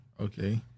Okay